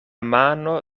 mano